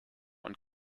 und